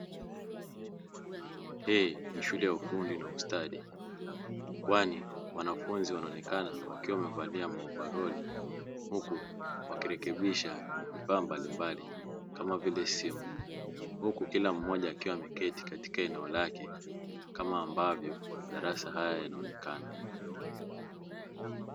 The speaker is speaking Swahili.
Hii ni shule ya ufundi na ustadi, kwani wanafunzi wanaonekana wakiwa wamevalia maovaroli, huku wakirekebisha vifaa mbalimbali kama vile simu, huku kila mmoja akiwa ameketi katika eneo lake, kama ambavyo madarasa haya yanaonekana.